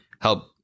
help